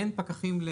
אין פקחים.